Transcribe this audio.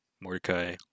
Mordecai